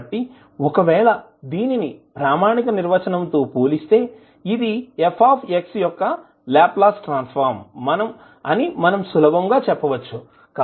కాబట్టి ఒకవేళ దీనిని ప్రామాణిక నిర్వచనం తో పోలిస్తే ఇది f యొక్క లాప్లాస్ ట్రాన్సఫర్మ్ మనం సులభంగా చెప్పవచ్చు